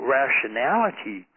rationality